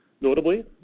Notably